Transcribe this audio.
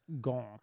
gone